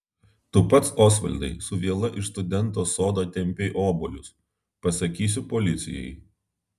tu pats osvaldai su viela iš studento sodo tempei obuolius pasakysiu policijai